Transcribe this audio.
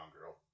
Girl